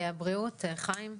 הבריאות, חיים,